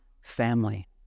family